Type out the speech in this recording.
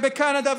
ובקנדה,